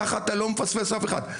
ככה אתה לא מפספס אף אחד,